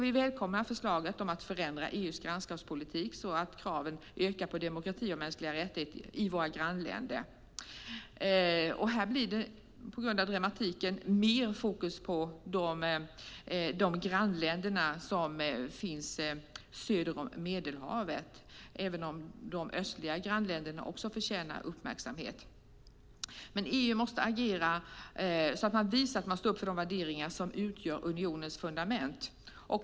Vi välkomnar förslaget att förändra EU:s grannskapspolitik så att kraven på demokrati och mänskliga rättigheter i grannländerna ökar. På grund av dramatiken blir det mer fokus på grannländerna söder om Medelhavet, även om de östliga grannländerna också förtjänar uppmärksamhet. EU måste agera så att man visar att man står upp för de värderingar som utgör unionens fundament.